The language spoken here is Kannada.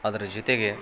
ಅದ್ರ ಜೊತೆಗೆ